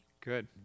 Good